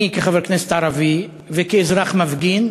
אני, כחבר כנסת ערבי וכאזרח מפגין,